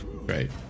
Right